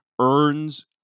earns